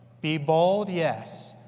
be bold. yes.